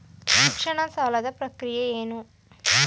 ಶಿಕ್ಷಣ ಸಾಲದ ಪ್ರಕ್ರಿಯೆ ಏನು?